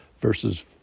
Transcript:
versus